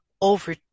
over